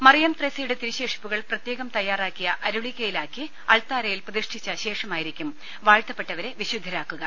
മറിയം ത്രേസ്യയുടെ തിരുശേഷിപ്പുകൾ പ്രത്യേകം തയ്യാറാക്കിയ അരുളിക്കയി ലാക്കി അൾത്താരയിൽ പ്രതിഷ്ഠിച്ച ശേഷമായിരിക്കും വാഴ്ത്തപ്പെട്ടവരെ വിശുദ്ധരാക്കുക